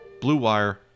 BLUEWIRE